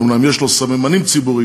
אומנם יש לו סממנים ציבוריים,